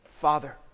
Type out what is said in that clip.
Father